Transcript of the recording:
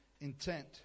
intent